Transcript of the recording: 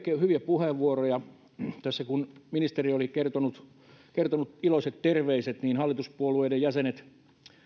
hyviä puheenvuoroja tässä kun ministeri oli kertonut kertonut iloiset terveiset niin hallituspuolueiden jäsenet